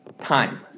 time